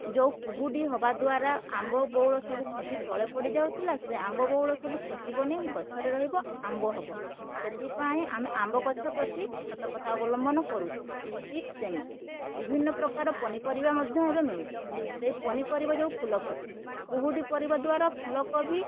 ଯେଉଁ କୁହୁଡ଼ି ହବା ଦ୍ବାରା ଆମ୍ବ ବଉଳ ସବୁ ଖସି ତଳେ ପଡ଼ିଯାଉଥିଲା ସେ ଆମ୍ବ ବଉଳ ସବୁ ଖସିବନି ଗଛରେ ରହିବ ଆମ୍ବ ହବ ସେଥିପାଇଁ ଆମେ ଆମ୍ବ ଗଛ ପ୍ରତି ସତର୍କତା ଅବଲମ୍ବନ କରୁଛୁ ଠିକ ସେମିତି ବିଭିନ୍ନ ପ୍ରକାର ପନିପରିବା ମଧ୍ୟ ଏବେ ମିଳୁଛି ସେଇ ପନିପରିବା ଯେଉଁ ଫୁଲକୋବି କୁହୁଡ଼ି ପଡ଼ିବା ଦ୍ୱାରା ଫୁଲକୋବି